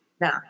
No